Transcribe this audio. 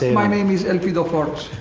my name is elpidophoros.